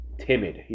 timid